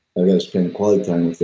ah yeah to spend quality time so